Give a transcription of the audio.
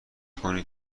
کنید